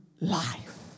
life